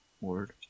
Word